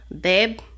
babe